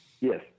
Yes